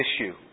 issue